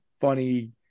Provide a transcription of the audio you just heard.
funny